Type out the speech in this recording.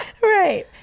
Right